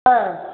ஆ